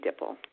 Dipple